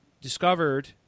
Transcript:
discovered